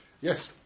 Yes